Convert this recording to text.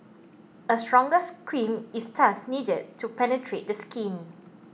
a stronger's cream is thus needed to penetrate this skin